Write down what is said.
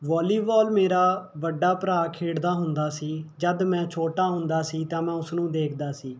volleyball ਮੇਰਾ ਵੱਡਾ ਭਰਾ ਖੇਡਦਾ ਹੁੰਦਾ ਸੀ ਜਦ ਮੈਂ ਛੋਟਾ ਹੁੰਦਾ ਸੀ ਤਾਂ ਮੈਂ ਉਸਨੂੰ ਦੇਖਦਾ ਸੀ